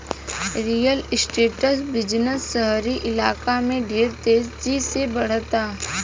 real estate business शहरी इलाका में ढेर तेजी से बढ़ता